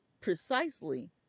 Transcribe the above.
precisely